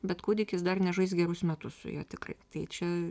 bet kūdikis dar nežais gerus metus su juo tikrai tai čia